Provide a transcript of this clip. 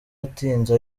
atinze